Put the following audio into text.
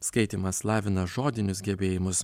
skaitymas lavina žodinius gebėjimus